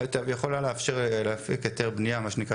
יכולה לאפשר להפיק היתר בנייה מה שנקרא